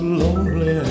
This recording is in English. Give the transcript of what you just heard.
lonely